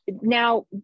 Now